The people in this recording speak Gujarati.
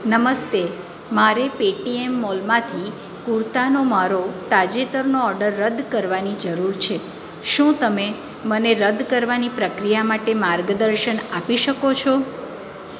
નમસ્તે મારે પેટીએમ મોલમાંથી કુર્તાનો મારો તાજેતરનો ઓર્ડર રદ કરવાની જરૂર છે શું તમે મને રદ કરવાની પ્રક્રિયા માટે માર્ગદર્શન આપી શકો છો